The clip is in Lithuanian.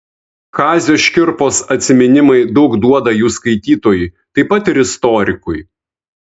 kazio škirpos atsiminimai daug duoda jų skaitytojui taip pat ir istorikui